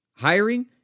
hiring